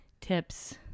tips